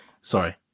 sorry